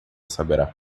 saberá